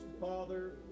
Father